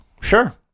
sure